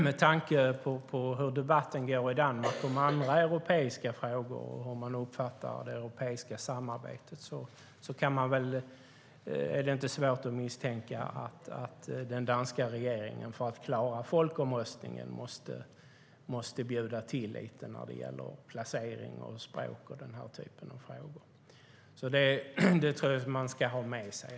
Med tanke på hur debatten går i Danmark om andra europeiska frågor och hur man uppfattar det europeiska samarbetet är det inte svårt att misstänka att den danska regeringen för att klara folkomröstningen måste bjuda till lite när det gäller placering, språk och den typen av frågor. Det tror jag att man ska ha med sig.